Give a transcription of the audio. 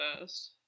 best